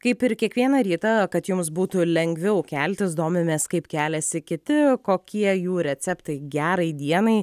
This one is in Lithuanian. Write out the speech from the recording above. kaip ir kiekvieną rytą kad jums būtų lengviau keltis domimės kaip keliasi kiti kokie jų receptai gerai dienai